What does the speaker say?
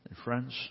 Friends